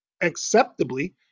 acceptably